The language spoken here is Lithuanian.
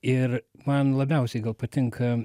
ir man labiausiai gal patinka